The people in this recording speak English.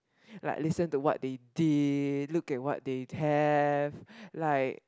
like listen to what they did look at what they have like